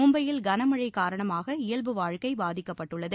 மும்பையில் கனமழை காரணமாக இயல்பு வாழ்க்கை பாதிக்கப்பட்டுள்ளது